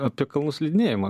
apie kalnų slidinėjimą